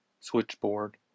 switchboard